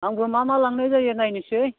आंबो मा मा लांनाय जायो नायनोसै